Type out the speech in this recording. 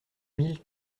mille